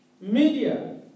Media